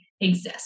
exist